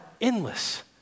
endless